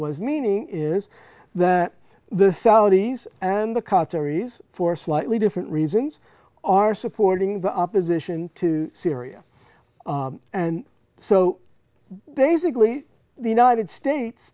was meaning is that the saudis and the qataris for slightly different reasons are supporting the opposition to syria and so basically the united states